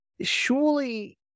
surely